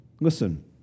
Listen